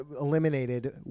eliminated